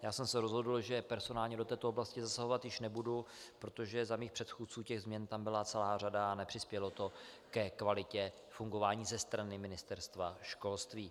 Já jsem se rozhodl, že personálně do této oblasti zasahovat již nebudu, protože za mých předchůdců těch změn tam byla celá řada a nepřispělo to ke kvalitě fungování ze strany Ministerstva školství.